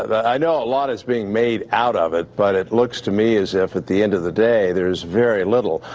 i know a lot is being made out of it, but it looks to me as if at the end of the day, there's very little,